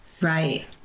Right